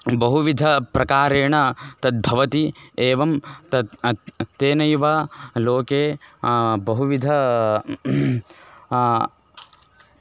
बहुविधप्रकारेण तद्भवति एवं तत् तेनैव लोके बहुविधाः